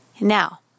Now